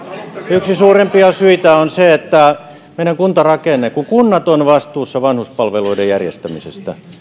yksi suurimpia syitä on meidän kuntarakenne kunnat ovat vastuussa vanhuspalveluiden järjestämisestä